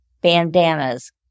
Bandanas